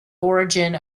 origin